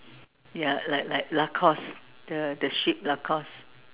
ya like like Lacoste the the ship Lacoste